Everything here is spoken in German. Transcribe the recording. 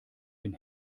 den